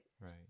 right